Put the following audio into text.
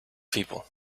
people